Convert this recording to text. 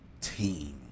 team